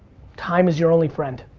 time is your only friend.